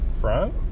Front